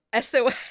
SOS